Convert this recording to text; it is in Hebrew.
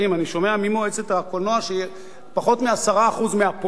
אני שומע ממועצת הקולנוע שפחות מ-10% מהפונים